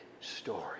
story